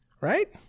right